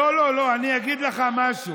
אולי תשכנע את,